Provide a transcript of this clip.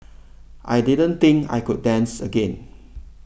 I didn't think I could dance again